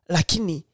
Lakini